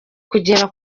kugera